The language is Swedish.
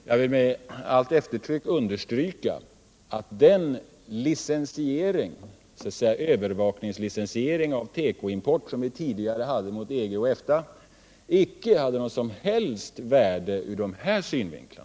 Jag vill med allt eftertryck understryka att den övervakningslicensiering av tekoimport som vi tidigare tillämpade mot EG och EFTA icke hade något som helst värde ur dessa synvinklar.